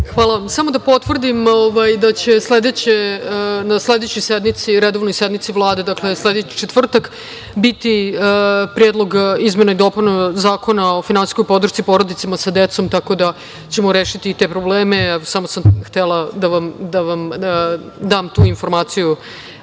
Hvala vam. Samo da potvrdim da će na sledećoj redovnoj sednici Vlade, dakle, sledeći četvrtak, biti Predlog izmene i dopune Zakona o finansijskoj podršci porodicama sa decom, tako da ćemo rešiti i te probleme. Samo sam htela da vam dam tu informaciju,